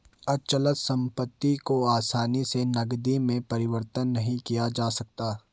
अचल संपत्ति को आसानी से नगदी में परिवर्तित नहीं किया जा सकता है